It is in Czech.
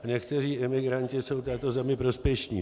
Někteří imigranti jsou této zemi prospěšní.